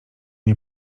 nie